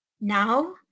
Now